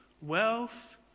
wealth